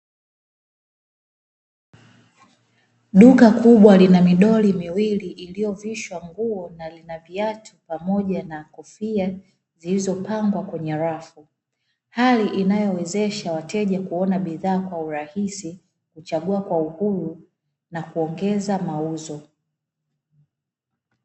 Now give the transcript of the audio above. Duka kubwa lina midoli miwili iliyovishwa nguo na lina viatu pamoja na kofia zilizopangwa kwenye rafu, hali inayowezesha wateja kuona bidhaa kwa urahisi, kuchagua kwa uhuru na kuongeza mauzo.